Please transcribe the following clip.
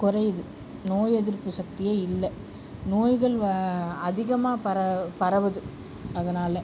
குறையுது நோய் எதிர்ப்பு சக்தியே இல்லை நோய்கள் அதிகமாக பர பரவுது அதனால்